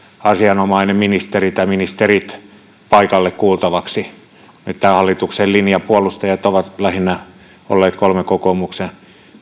asianomainen ministeri tai ministerit paikalle kuultaviksi nyt hallituksen linjan puolustajat ovat lähinnä olleet kolme kokoomuksen